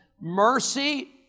mercy